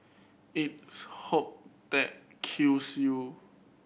it's hope that kills you